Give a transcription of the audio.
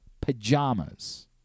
pajamas